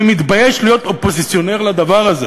אני מתבייש להיות אופוזיציונר לדבר הזה